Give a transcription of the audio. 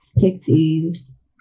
Pixies